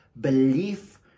belief